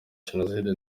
jenoside